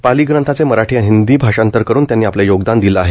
पाली ग्रंथांचे मराठी आणि हिंदी भाषांतर करून त्यांनी आपले योगदान दिले आहे